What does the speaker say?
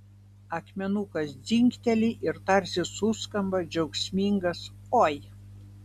akmenukas dzingteli ir tarsi suskamba džiaugsmingas oi